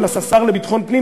אל השר לביטחון פנים,